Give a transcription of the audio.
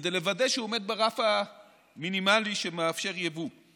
כדי לוודא שהוא עומד ברף המינימלי שמאפשר יבוא.